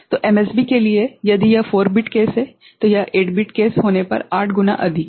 तो MSB के लिए यदि यह 4 बिट केस है तो यह 8 बिट केसहोने पर 8 गुना अधिक है